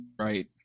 Right